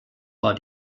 war